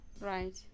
Right